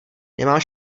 nemám